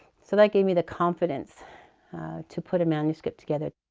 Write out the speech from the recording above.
so that gave me the confidence to put a manuscript together.